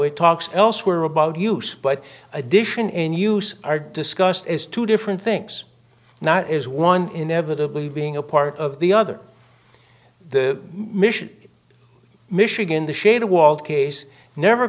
it talks elsewhere about use but addition in use are discussed as two different things not is one inevitably being a part of the other the mission michigan the shade of walled case never